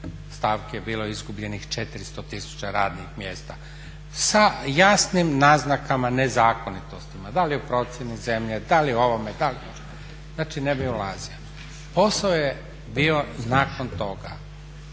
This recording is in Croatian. stavki je bilo izgubljenih 400 000 radnih mjesta sa jasnim naznakama nezakonitostima, da li u procjeni zemlje, da li u ovome, da li, znači ne bi ulazio. Posao je bio nakon toga